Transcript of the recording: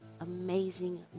amazing